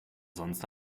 sonst